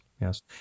yes